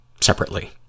separately